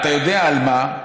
אתה יודע על מה.